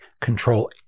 control